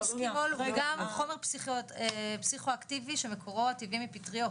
מוקסימול הוא גם חומר פסיכואקטיבי שמקורו הטבעי מפטריות.